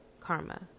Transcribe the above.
karma